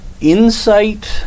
Insight